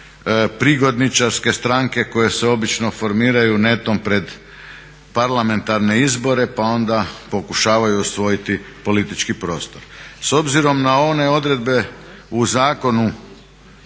prigodničarske stranke koje se obično formiraju netom pred parlamentarne izbore pa onda pokušavaju usvojiti politički prostor. S obzirom na one odredbe u zakonu